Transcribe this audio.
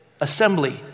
assembly